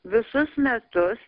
visus metus